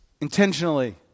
intentionally